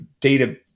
data